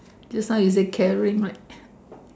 just now you say caring right